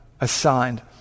assigned